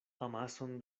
amason